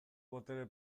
botere